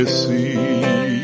see